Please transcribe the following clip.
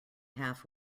half